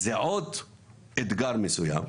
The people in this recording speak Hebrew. אז זה עוד אתגר מסוים.